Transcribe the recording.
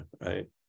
right